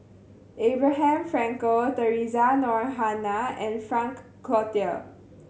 Abraham Frankel Theresa Noronha and Frank Cloutier